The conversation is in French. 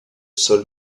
sol